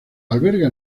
alberga